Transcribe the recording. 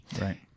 Right